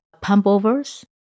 pump-overs